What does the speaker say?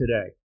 today